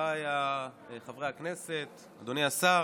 חבריי חברי הכנסת, אדוני השר,